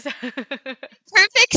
Perfect